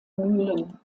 mühlen